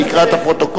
אני אקרא את הפרוטוקול.